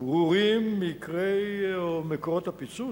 ברורים מקרי או מקורות הפיצוץ?